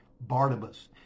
Barnabas